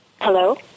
Hello